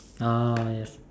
oh yes